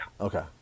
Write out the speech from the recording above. Okay